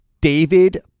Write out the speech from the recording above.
David